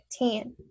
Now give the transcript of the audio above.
15